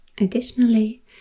Additionally